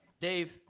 dave